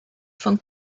von